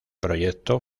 proyecto